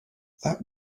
that